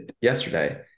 yesterday